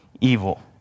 evil